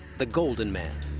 the golden man.